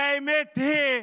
והאמת היא שהיום,